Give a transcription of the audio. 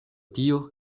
tio